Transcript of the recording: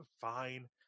fine